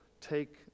Take